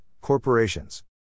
Corporations